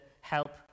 help